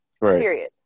Period